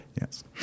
yes